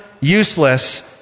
useless